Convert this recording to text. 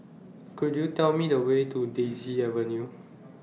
Could YOU Tell Me The Way to Daisy Avenue